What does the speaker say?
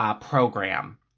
program